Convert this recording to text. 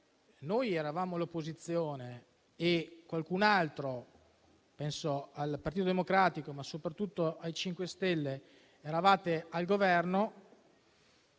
noi eravamo all'opposizione e qualcun altro - penso al Partito Democratico, ma soprattutto ai 5 Stelle - era al Governo,